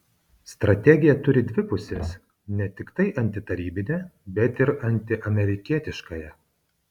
strategija turi dvi puses ne tiktai antitarybinę bet ir antiamerikietiškąją